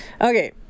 Okay